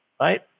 Right